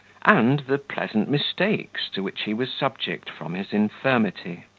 and the pleasant mistakes to which he was subject from his infirmity.